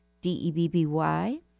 D-E-B-B-Y